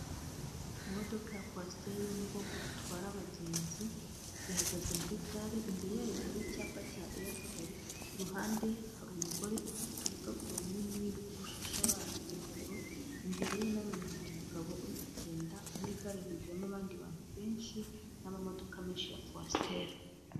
Imodoka ya kwasiteri yo mu bwoko butwara abagenzi, ihagaze muri gare imbere yayo hari icyapa cya airtel ku ruhande hari umugore ufite urukapu runini rwurushashara yambaye ingofero, imbere ye nano hari umugabo uri kugenda muri gare huzuyemo abandi bantu benshi n'amamodoka menshi ya kwasiteri.